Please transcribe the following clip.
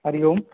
Hari Om